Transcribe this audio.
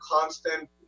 constant